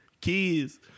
Kids